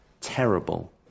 terrible